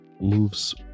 moves